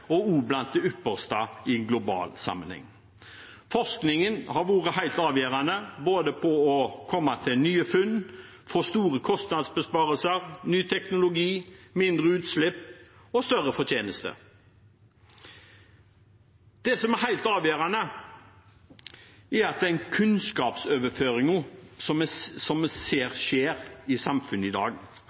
og også blant de ypperste i global sammenheng. Forskningen har vært helt avgjørende både for å komme til nye funn, få store kostnadsbesparelser, ny teknologi, mindre utslipp og større fortjeneste. Det som er helt avgjørende, er den kunnskapsoverføringen som vi ser skjer i samfunnet i dag.